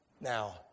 Now